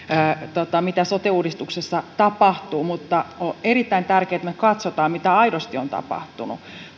mitä sote uudistuksessa tapahtuu mutta on erittäin tärkeää että me katsomme mitä aidosti on tapahtunut